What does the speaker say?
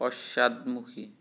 পশ্চাদমুখী